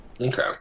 Okay